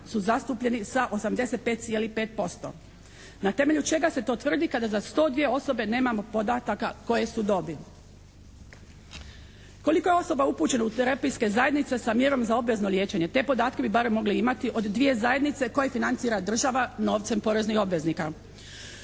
su zastupljeni sa 85,5%. Na temelju čega se to tvrdi kada za 102 osobe nemamo podataka koje su dobi? Koliko je osoba upućeno u terapijske zajednice sa mjerom za obvezno liječenje? Te podatke bi barem mogli imati od dvije zajednice koje financira država novcem poreznih obveznika.